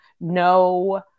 no